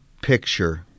picture